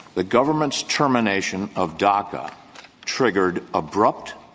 the government's termination of daca triggered abrupt,